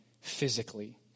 physically